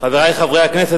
חברי חברי כנסת,